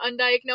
undiagnosed